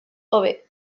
hobe